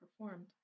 performed